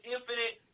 Infinite